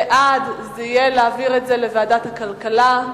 בעד יהיה להעביר את זה לוועדת הכלכלה,